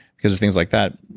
because of things like that,